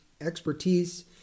expertise